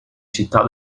città